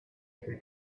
every